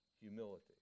humility